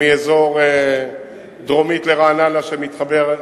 מאזור דרומית לרעננה שמתחבר,